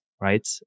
Right